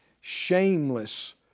shameless